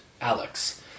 Alex